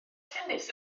tennis